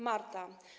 Marta.